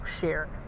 share